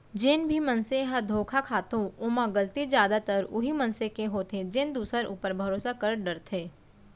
जेन भी मनसे ह धोखा खाथो ओमा गलती जादातर उहीं मनसे के होथे जेन दूसर ऊपर भरोसा कर डरथे